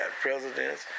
presidents